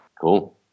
Cool